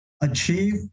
achieve